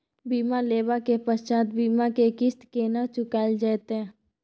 बीमा लेबा के पश्चात बीमा के किस्त केना चुकायल जेतै?